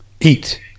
Eat